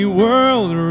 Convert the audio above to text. world